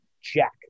Jack